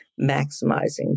maximizing